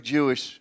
Jewish